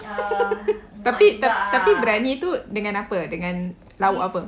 tapi briyani tu dengan apa lauk apa